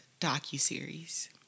docuseries